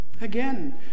Again